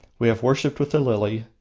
we have worshipped with the lily,